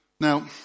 Now